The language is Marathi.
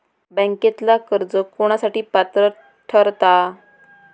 बँकेतला कर्ज कोणासाठी पात्र ठरता?